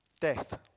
Death